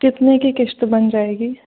कितने की क़िस्त बन जाएगी